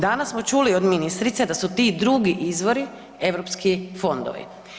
Danas smo čuli od ministrice da su ti drugi izvori Europski fondovi.